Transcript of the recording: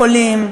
חולים,